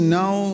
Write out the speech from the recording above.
now